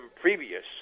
previous